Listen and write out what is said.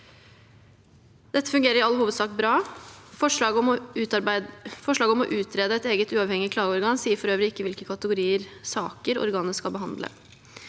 Dette fungerer i all hovedsak bra. Forslaget om å utrede et eget uavhengig klageorgan sier for øvrig ikke hvilke kategorier saker organet skal behandle.